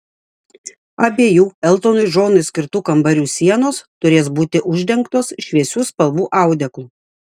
abiejų eltonui džonui skirtų kambarių sienos turės būti uždengtos šviesių spalvų audeklu